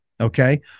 Okay